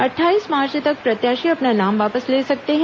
अटाठाईस March तक प्रत्याशी अपना नाम वापस ले सकते हैं